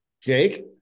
jake